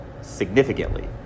significantly